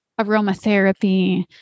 aromatherapy